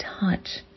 touch